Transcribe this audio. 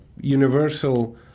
universal